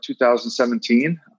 2017